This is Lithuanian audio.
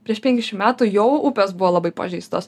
prieš penkiasdešim metų jau upės buvo labai pažeistos